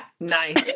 Nice